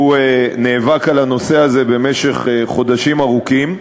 שהוא נאבק על הנושא הזה במשך חודשים ארוכים,